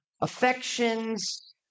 affections